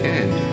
end